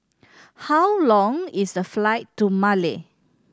how long is the flight to Male